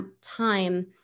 time